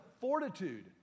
fortitude